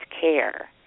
care